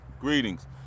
greetings